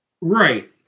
Right